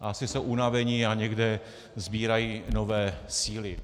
Asi jsou unaveni a někde sbírají nové síly.